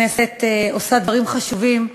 הכנסת עושה דברים חשובים.